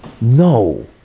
no